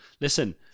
Listen